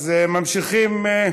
אז ממשיכים.